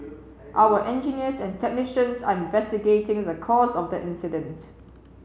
our engineers and technicians are investigating the cause of the incident